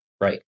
Right